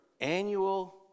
annual